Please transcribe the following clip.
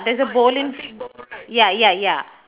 there's a bowl in fr~ ya ya ya